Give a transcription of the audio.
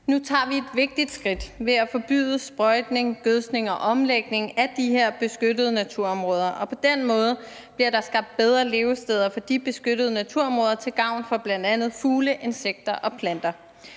Nu tager vi et vigtigt skridt ved at forbyde sprøjtning, gødskning og omlægning af de her beskyttede naturområder, og på den måde bliver der skabt bedre levesteder for de beskyttede naturområder til gavn for bl.a. fugle, insekter og planter.